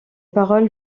paroles